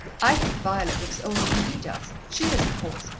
i think violet looks older than he does she is, of course.